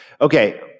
Okay